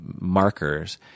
markers